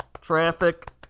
Traffic